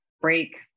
break